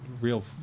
real